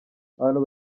abantu